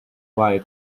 wire